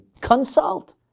consult